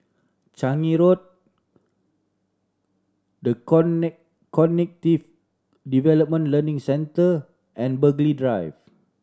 Changi Road The Cognitive Development Learning Centre and Burghley Drive